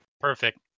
perfect